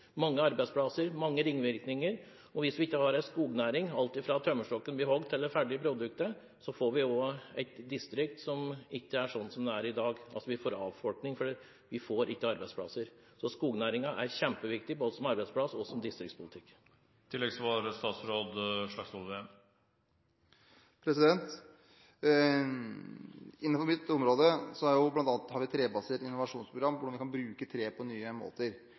mange arbeidsplasser, mange ringvirkninger, og hvis vi ikke har en skognæring – med alt fra tømmerstokken vi hogger, til det ferdige produktet – får vi distrikter som ikke er som de er i dag. Vi får avfolkning, for vi får ikke arbeidsplasser. Så skognæringen er kjempeviktig, både som arbeidsplass og som distriktspolitikk. Innenfor mitt område har vi bl.a. et trebasert innovasjonsprogram om hvordan vi kan bruke tre på nye måter.